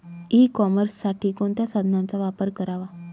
E कॉमर्ससाठी कोणत्या साधनांचा वापर करावा?